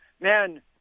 man